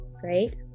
Great